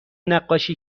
نقاشی